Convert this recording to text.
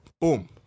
Boom